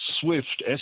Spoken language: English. SWIFT